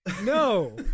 No